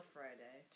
Friday